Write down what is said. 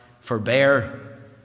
Forbear